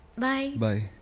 bye, bye!